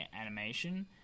animation